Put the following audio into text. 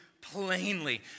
plainly